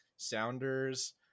sounders